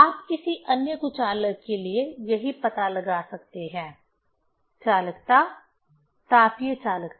आप किसी अन्य कुचालक के लिए यही पता लगा सकते हैं चालकता तापीय चालकता